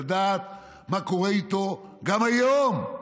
לדעת מה קורה איתו גם היום,